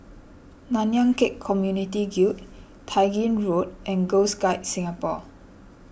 Nanyang Khek Community Guild Tai Gin Road and Girl Guides Singapore